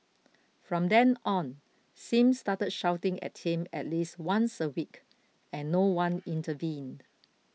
from then on Sim started shouting at him at least once a week and no one intervened